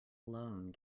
alone